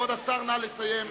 כבוד השר, נא לסיים.